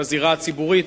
בזירה הציבורית,